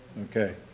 Okay